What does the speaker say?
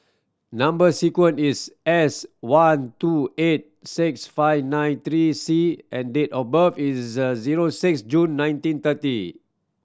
number sequence is S one two eight six five nine three C and date of birth is zero six June nineteen thirty